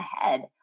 ahead